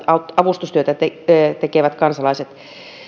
avustustyötä tekevät tekevät kansalaiset